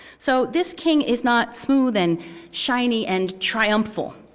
so this king is not smooth and shiny and triumphal,